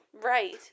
Right